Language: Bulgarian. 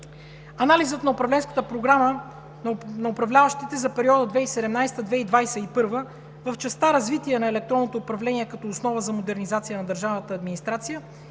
програма на управляващите за периода 2017 – 2021 г. в частта за развитие на електронното управление като основа за модернизация на държавната администрация